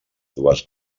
dues